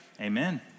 amen